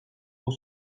pour